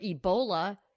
Ebola